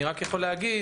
אני רק יכול להגיד